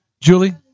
Julie